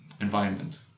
environment